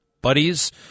buddies